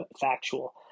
factual